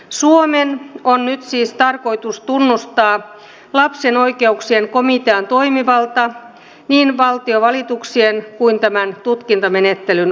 suomen on nyt siis tarkoitus tunnustaa lapsen oikeuksien komitean toimivalta niin valtiovalituksien kuin tämän tutkintamenettelyn osalta